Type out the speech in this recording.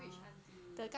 which aunty